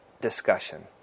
discussion